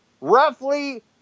roughly